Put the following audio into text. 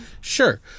Sure